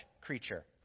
creature